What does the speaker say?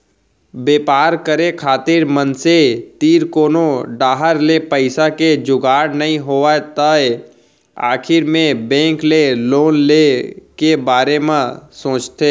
बेपार करे खातिर मनसे तीर कोनो डाहर ले पइसा के जुगाड़ नइ होय तै आखिर मे बेंक ले लोन ले के बारे म सोचथें